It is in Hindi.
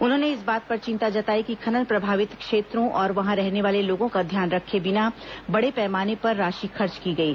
उन्होंने इस बात पर चिंता जताई कि खनन प्रभावित क्षेत्रों और वहां रहने वाले लोगों का ध्यान रखे बिना बड़े पैमाने पर राशि खर्च की गयी